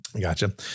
Gotcha